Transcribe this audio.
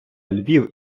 львів